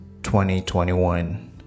2021